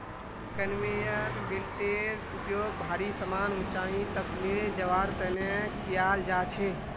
conveyor बेल्टेर उपयोग भारी समान ऊंचाई तक ले जवार तने कियाल जा छे